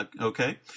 Okay